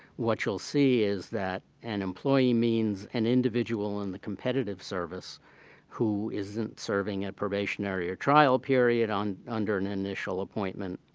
what you'll see is that an employee means an individual in the competitive service who isn't serving a probationary or trial period under an initial appointment,